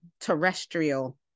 terrestrial